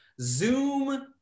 Zoom